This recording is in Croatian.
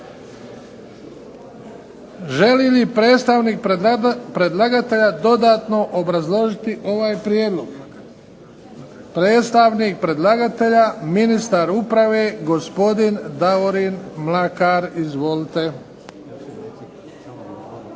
Želi li predstavnik predlagatelja dodatno obrazložiti ovaj prijedlog? Predstavnik predlagatelja, ministar uprave gospodin Davorin Mlakar. Izvolite.